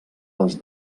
les